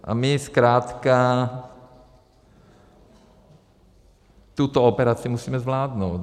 A my zkrátka tuto operaci musíme zvládnout.